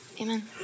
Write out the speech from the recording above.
Amen